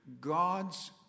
God's